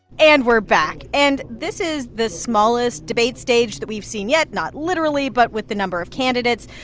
and we're back. and this is the smallest debate stage that we've seen yet not literally, but with the number of candidates.